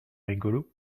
rigolo